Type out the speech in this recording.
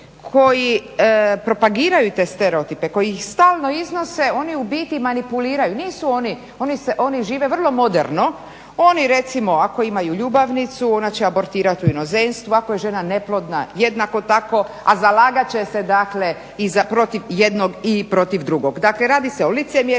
koji propagiraju te stereotipe, koji ih stalno iznose, oni u biti manipuliraju, nisu oni, oni žive vrlo moderno, oni recimo ako imaju ljubavnicu, ona će abortirati u inozemstvu, ako je žena neplodna, jednako tako, a zalagat će se dakle i za protiv jednog ili protiv drugog. Dakle radi se o licemjerima,